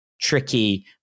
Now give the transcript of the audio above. tricky